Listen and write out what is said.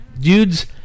dudes